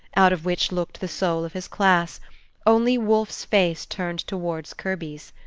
out of which looked the soul of his class only wolfe's face turned towards kirby's.